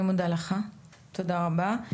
אני מודה לך, תודה רבה.